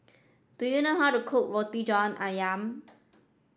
do you know how to cook Roti John Ayam